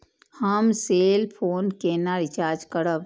हम cell phone केना recharge करब?